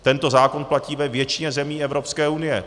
Tento zákon platí ve většině zemí Evropské unie.